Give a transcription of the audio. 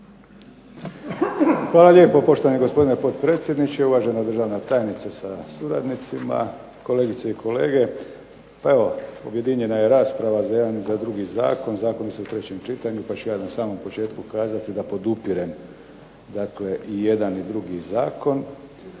Hvala lijepo poštovani gospodine potpredsjedniče, uvažena državna tajnice sa suradnicima, kolegice i kolege. Pa evo, objedinjenja je rasprava za jedan i za drugi zakon. Zakoni su u trećem čitanju pa ću ja na samom početku kazati da podupirem dakle i jedan i drugi zakon